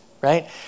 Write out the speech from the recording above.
right